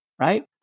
Right